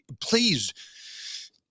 please